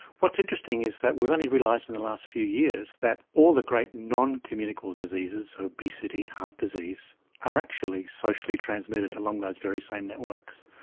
what's interesting is that we have only realised in the last few years that all the great noncommunicable diseases obesity, heart disease are actually socially transmitted along those very same networks.